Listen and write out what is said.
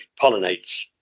pollinates